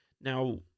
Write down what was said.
Now